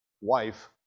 wife